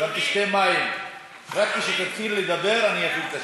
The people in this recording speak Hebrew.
תתכננו לדבר חמש דקות.